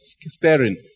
Staring